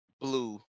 blue